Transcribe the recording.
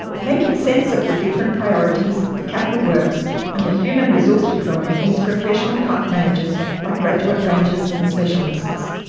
making sense of the different priorities, the capital works and the human resource deployment needs professional park managers like graduate rangers and specialists.